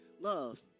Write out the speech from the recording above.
love